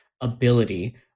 ability